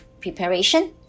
preparation